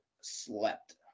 slept